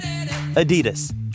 Adidas